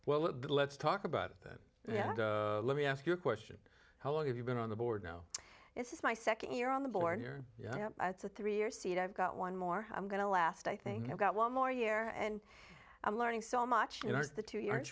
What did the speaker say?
well let's talk about that yeah let me ask you a question how long have you been on the board now this is my second year on the board here yeah it's a three year seat i've got one more i'm going to last i think i've got one more year and i'm learning so much you know the two